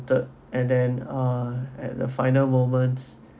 the and then uh at the final moments